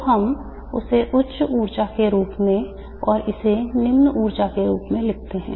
तो हम इसे उच्च ऊर्जा के रूप में और इसे निम्न ऊर्जा के रूप में लिखते हैं